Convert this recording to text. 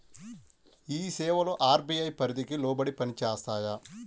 ఈ సేవలు అర్.బీ.ఐ పరిధికి లోబడి పని చేస్తాయా?